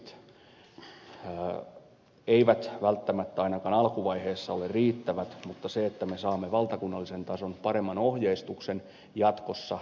kuntien resurssit eivät välttämättä ainakaan alkuvaiheessa ole riittävät mutta se että me saamme valtakunnallisen tason paremman ohjeistuksen jatkossa